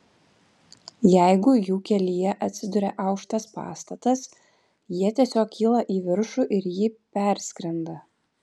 jeigu jų kelyje atsiduria aukštas pastatas jie tiesiog kyla į viršų ir jį perskrenda